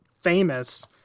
famous